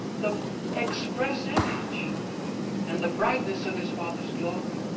the express image and the brightness of his father's glory.